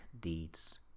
deeds